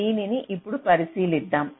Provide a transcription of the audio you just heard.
దీనిని ఇప్పుడు పరిశీలిద్దాం